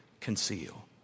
conceal